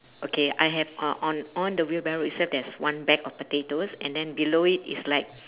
okay I have on on on the wheelbarrow itself there's one bag of potatoes and then below it is like